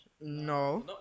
No